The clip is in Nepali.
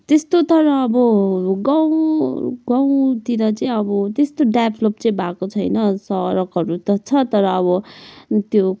त्यस्तो तर अब गाउँ गाउँतिर चाहिँ अब त्यस्तो डेभलप चाहिँ भएको छैन सडकहरू त छ तर अब त्यो